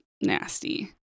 nasty